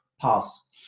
pass